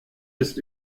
ist